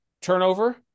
turnover